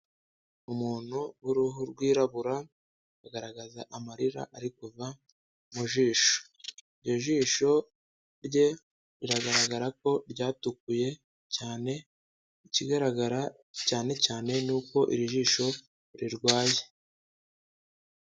Umuntu w'uruhu rwirabura aragaragaza amarira ari kuva mu jisho, ijisho rye riragaragara ko ryatukuye cyane, ikigaragara cyane cyane ni uko iri jisho rirwaye.